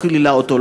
היא לא קיללה אותו,